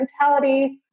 mentality